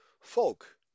folk